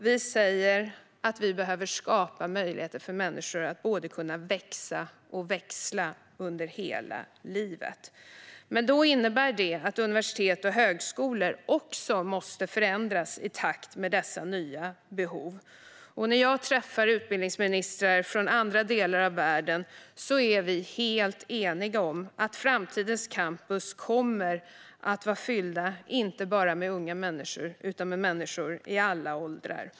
Vi säger att vi behöver kunna skapa möjligheter för människor att både växa och växla under hela livet. Det innebär att universitet och högskolor också måste förändras i takt med dessa nya behov. När jag träffar utbildningsministrar från andra delar av världen är vi helt eniga om att framtidens campus kommer vara fyllda inte bara med unga människor utan med människor i alla åldrar.